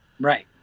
right